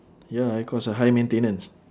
ya high cost ah high maintenance